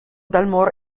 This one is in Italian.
dalmor